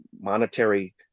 monetary